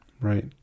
Right